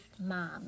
mom